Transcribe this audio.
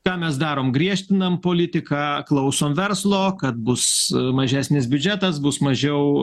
ką mes darom griežtinam politiką klausom verslo kad bus mažesnis biudžetas bus mažiau